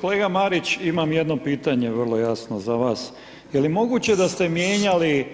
Kolega Marić, imam jedno pitanje vrlo jasno za vas, je li moguće da ste mijenjali